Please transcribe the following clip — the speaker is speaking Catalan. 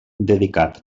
dedicat